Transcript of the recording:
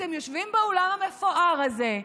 אתם יושבים באולם המפואר הזה,